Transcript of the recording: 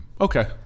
Okay